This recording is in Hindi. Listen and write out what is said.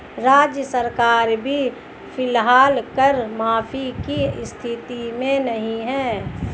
राज्य सरकार भी फिलहाल कर माफी की स्थिति में नहीं है